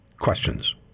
questions